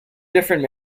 different